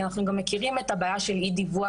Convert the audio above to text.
כי אנחנו גם מכירים את הבעיה של אי דיווח.